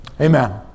Amen